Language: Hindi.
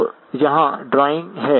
तो यहाँ ड्राइंग है